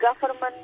government